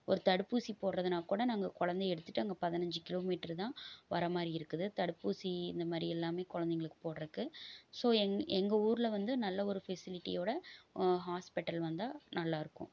ஒரு தடுப்பூசி போடுறதுனா கூட நாங்கள் குழந்தைய எடுத்துகிட்டு அங்கே பதினைஞ்சு கிலோ மீட்ருதான் வர மாரி இருக்குது தடுப்பூசி இந்த மாரி எல்லாமே குழந்தைங்களுக்கு போடுறக்கு ஸோ எங் எங்கள் ஊரில் வந்து நல்ல ஒரு ஃபெசிலிட்டியோட ஹாஸ்பிட்டல் வந்தால் நல்லாருக்கும்